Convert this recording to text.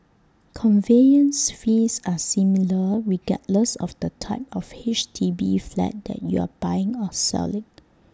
conveyance fees are similar regardless of the type of H D B flat that you are buying or selling